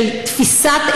של תפיסת,